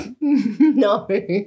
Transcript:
No